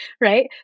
right